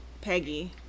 peggy